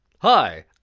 Hi